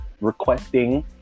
requesting